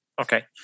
Okay